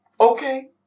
okay